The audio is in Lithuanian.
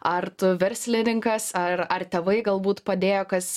ar tu verslininkas ar ar tėvai galbūt padėjo kas